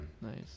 Nice